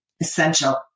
essential